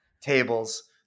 tables